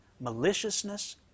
maliciousness